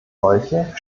solche